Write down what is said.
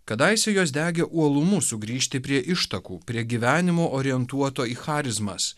kadaise jos degė uolumu sugrįžti prie ištakų prie gyvenimo orientuoto į charizmas